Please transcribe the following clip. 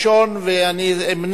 עברה בקריאה ראשונה ותועבר לוועדה למעמד